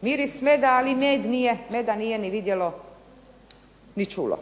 miris meda, ali med nije, meda nije ni vidjelo ni čulo.